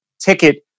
ticket